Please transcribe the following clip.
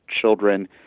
children